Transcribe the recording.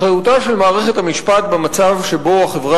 אחריותה של מערכת המשפט במצב שבו החברה